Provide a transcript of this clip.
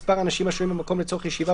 מספר אנשים השוהים במקום לצורך ישיבה